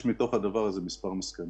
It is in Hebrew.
יש מתוך הדבר כמה מסקנות.